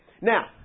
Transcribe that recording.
Now